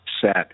set